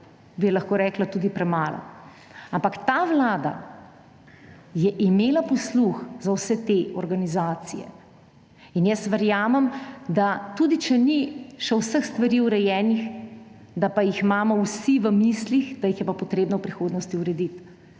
bi lahko rekla tudi premalo. Ampak ta vlada je imela posluh za vse te organizacije. Verjamem, da tudi če še niso vse stvari urejene, jih pa imamo vsi v mislih, da jih je potrebno v prihodnosti urediti.